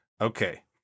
okay